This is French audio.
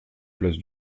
place